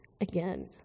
again